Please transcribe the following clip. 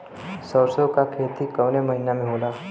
सरसों का खेती कवने महीना में होला?